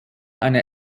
eine